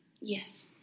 Yes